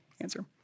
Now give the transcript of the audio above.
answer